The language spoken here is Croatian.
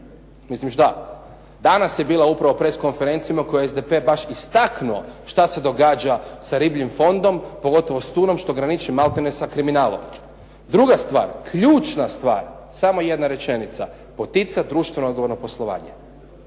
Mislim što. Danas je bila upravo press konferencija u kojoj je SDP baš istaknuo što se događa sa ribljim fondom, pogotovo s tunom, što graniči maltene sa kriminalom. Druga stvar, ključna stvar, samo jedna rečenica. Poticati društveno odgovorno poslovanje.